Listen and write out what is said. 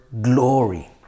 glory